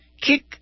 kick